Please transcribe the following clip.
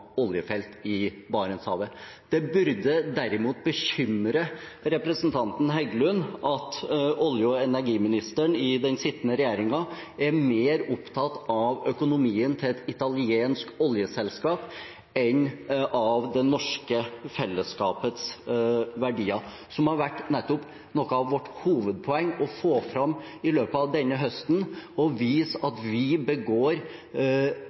oljefelt i Barentshavet. Det burde derimot bekymre representanten Heggelund at olje- og energiministeren i den sittende regjeringen er mer opptatt av økonomien til et italiensk oljeselskap enn av det norske fellesskapets verdier, noe som nettopp har vært noe av vårt hovedpoeng å få fram i løpet av denne høsten,